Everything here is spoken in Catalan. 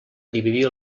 dividir